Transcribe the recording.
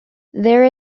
there